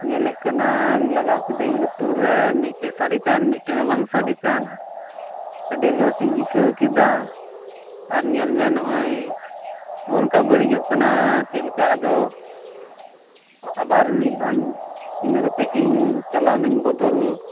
ᱧᱮᱞᱮᱫ ᱠᱟᱱᱟ ᱞᱟᱜᱟᱣ ᱠᱮᱫᱟᱹᱧ ᱞᱩᱛᱩᱨ ᱨᱮ ᱤᱫᱴᱮᱡ ᱥᱟᱰᱮ ᱠᱟᱱ ᱢᱤᱫᱴᱮᱡ ᱢᱟ ᱵᱟᱝ ᱥᱟᱰᱮ ᱠᱟᱱ ᱟᱹᱰᱤ ᱞᱚᱥ ᱤᱧ ᱟᱹᱭᱠᱟᱹᱣ ᱠᱮᱫᱟ ᱟᱨ ᱧᱮᱞ ᱢᱮ ᱱᱚᱜᱼᱚᱭ ᱱᱚᱝᱠᱟ ᱵᱟᱹᱲᱤᱡᱚᱜ ᱠᱟᱱᱟ ᱪᱮᱫ ᱞᱮᱠᱟ ᱟᱫᱚ ᱟᱵᱟᱨ ᱢᱤᱫ ᱫᱷᱟᱣ ᱤᱧ ᱤᱱᱟᱹ ᱠᱟᱛᱮᱫ ᱤᱧ ᱪᱟᱞᱟᱣᱱᱟᱹᱧ ᱵᱚᱫᱚᱞ